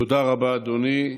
תודה רבה, אדוני.